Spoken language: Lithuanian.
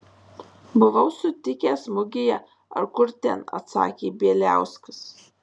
buvau sutikęs mugėje ar kur ten atsakė bieliauskas